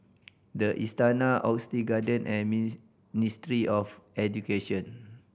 The Istana Oxley Garden and Ministry of Education